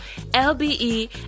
lbe